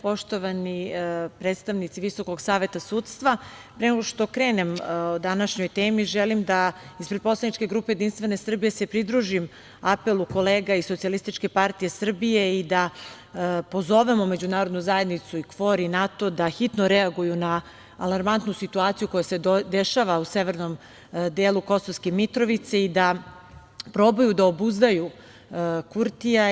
Poštovani predstavnici Visokog saveta sudstva, pre nego što krenem o današnjoj temi, želim da se ispred Poslaničke grupe Jedinstvene Srbije pridružim apelu kolega iz SPS i da pozovemo međunarodnu zajednicu i KFOR i NATO da hitno reaguju na alarmantnu situaciju koja se dešava u severnom delu Kosovske Mitrovice i da probaju da obuzdaju Kurtija.